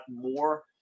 more